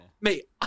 Mate